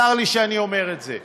צר לי שאני אומר את זה.